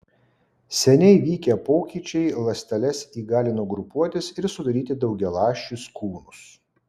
seniai vykę pokyčiai ląsteles įgalino grupuotis ir sudaryti daugialąsčius kūnus